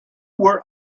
were